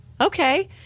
okay